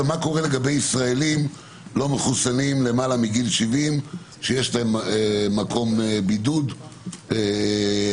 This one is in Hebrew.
מה קורה לישראלים לא מחוסנים והם למעלה מגיל 70 שיש להם מקום בידוד אחר?